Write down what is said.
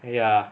ya